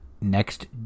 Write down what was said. next